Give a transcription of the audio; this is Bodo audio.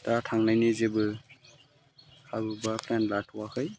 दा थांनायनि जेबो खाबु बा टाइम लाथ'वाखै